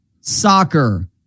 soccer